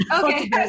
Okay